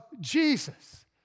Jesus